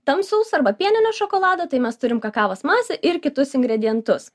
tamsaus arba pieninio šokolado tai mes turim kakavos masę ir kitus ingredientus